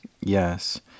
Yes